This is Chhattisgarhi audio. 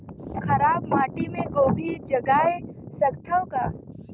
खराब माटी मे गोभी जगाय सकथव का?